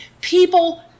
People